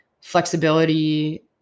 flexibility